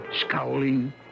scowling